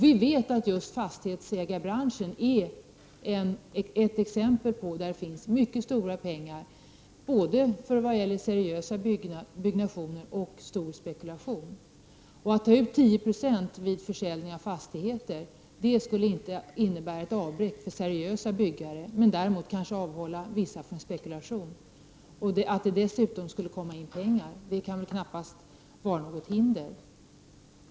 Vi vet att just fastighetsägarbranschen är en bransch där det finns mycket stora pengar när det gäller både seriöst byggande och spekulation. Att ta ut 10 % vid försäljning av fastigheter skulle inte innebära ett avbräck för seriösa byggare. Däremot skulle det kanske avhålla vissa byggare från spekulation. Att det dessutom skulle strömma in pengar skulle väl knappast vara något hinder.